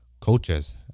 coaches